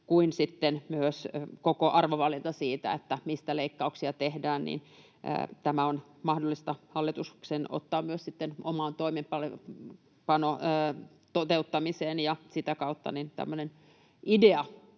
ja myös koko arvovalinta siitä, mistä leikkauksia tehdään. Tämä on mahdollista hallituksen ottaa myös sitten omaan toimeenpanon toteuttamiseen. Sitä kautta tämmöinen idea